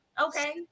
Okay